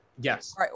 Yes